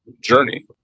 journey